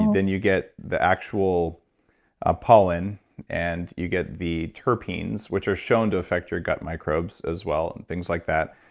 then you get the actual ah pollen and you get the terpenes, which are shown to affect your gut microbes as well and things like that.